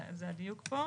זה הדיוק פה.